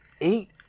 eight